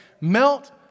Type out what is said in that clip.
melt